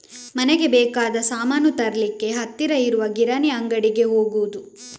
ಮನೆಗೆ ಬೇಕಾದ ಸಾಮಾನು ತರ್ಲಿಕ್ಕೆ ಹತ್ತಿರ ಇರುವ ಕಿರಾಣಿ ಅಂಗಡಿಗೆ ಹೋಗುದು